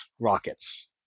rockets